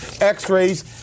x-rays